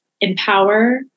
empower